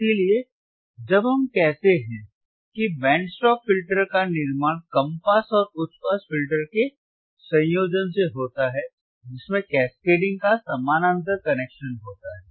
इसीलिए जब हम कहते हैं कि बैंड स्टॉप फिल्टर का निर्माण कम पास और उच्च पास फिल्टर के संयोजन से होता है जिसमें कैस्केडिंग का समानांतर कनेक्शन होता है